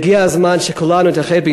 הגיע הזמן שכולנו נתאחד.